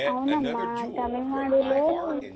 అవునమ్మా కానీ మాది ఇల్ల